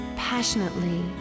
passionately